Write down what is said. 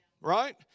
Right